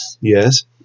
Yes